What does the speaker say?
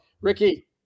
Ricky